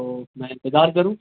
تو میں انتظار کروں